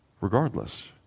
regardless